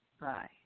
Bye